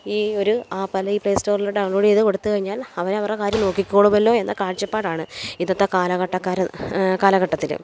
ഈയൊരു ആപ്പ് അല്ലെ ഈ പ്ലേ സ്റ്റോറിൽ ഡൗൺലോഡ് ചെയ്ത് കൊടുത്തു കഴിഞ്ഞാൽ അവർ അവരുടെ കാര്യം നോക്കിക്കോളുവല്ലോ എന്ന കാഴ്ചപ്പാടാണ് ഇന്നത്തെ കാലഘട്ടക്കാർ കാലഘട്ടത്തിൽ